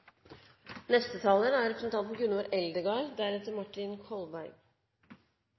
neste taler er representanten Michael Tetzschner og deretter